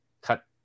cut